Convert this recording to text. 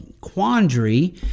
quandary